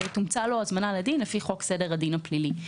ותומצא לו הזמנה לדין לפי חוק סדר הדין הפלילי.